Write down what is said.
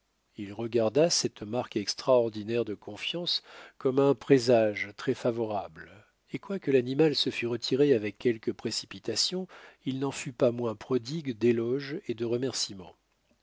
il regarda cette marque extraordinaire de confiance comme un présage très favorable et quoique l'animal se fût retiré avec quelque précipitation il n'en fut pas moins prodigue d'éloges et de remerciements